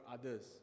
others